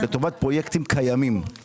את החלק השני שלא בחוק ההסדרים.